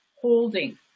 holding